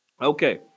Okay